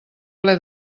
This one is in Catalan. ple